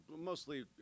Mostly